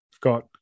got